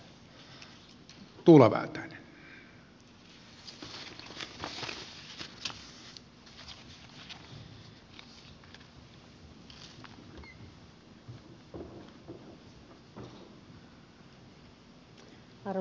arvoisa puhemies